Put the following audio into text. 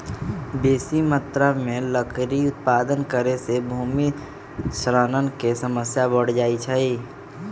बेशी मत्रा में लकड़ी उत्पादन करे से भूमि क्षरण के समस्या बढ़ जाइ छइ